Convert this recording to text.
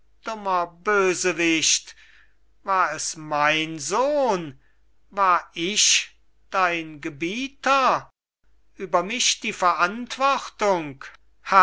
bösewicht war es mein sohn war ich dein gebieter über mich die verantwortung